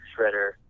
shredder